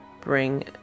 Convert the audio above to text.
bring